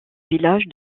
village